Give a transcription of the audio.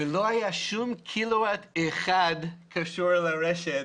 לא היה שום קילו-ואט אחד קשור לרשת